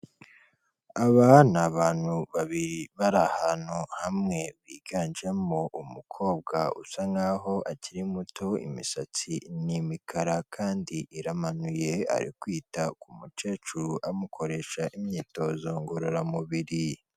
Aba ni abantu babiri bari ahantu hamwe biganjemo umukobwa usa nk'aho akiri muto, imisatsi ni imikara kandi iramanuye ari kwita ku mukecuru amukoresha imyitozo ngororamubiri.